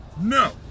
No